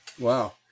Wow